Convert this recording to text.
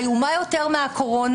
איומה יותר מהקורונה,